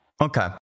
Okay